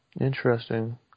Interesting